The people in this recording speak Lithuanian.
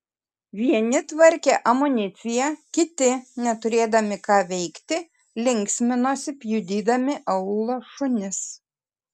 vieni tvarkė amuniciją kiti neturėdami ką veikti linksminosi pjudydami aūlo šunis